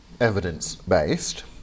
evidence-based